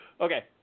Okay